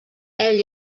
ell